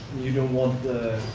you don't want the